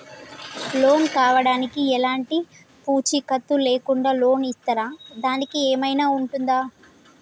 Loan కావడానికి ఎలాంటి పూచీకత్తు లేకుండా లోన్ ఇస్తారా దానికి ఏమైనా ఉంటుందా?